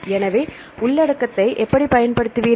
எனவே உள்ளடக்கத்தை எப்படி பயன்படுத்துவீர்கள்